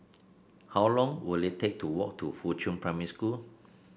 how long will it take to walk to Fuchun Primary School